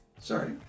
Sorry